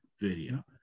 video